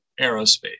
aerospace